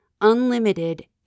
unlimited